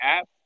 app